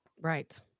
Right